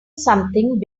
something